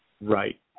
Right